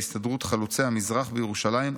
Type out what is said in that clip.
בהסתדרות חלוצי המזרח בירושלים,